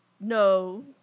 No